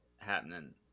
happening